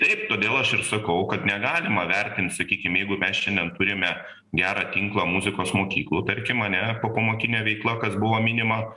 taip todėl aš ir sakau kad negalima vertint sakykim jeigu mes šiandien turime gerą tinklą muzikos mokyklų tarkim ane ar popamokinė veikla kas buvo minima